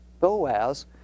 Boaz